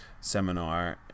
seminar